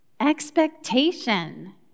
Expectation